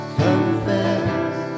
confess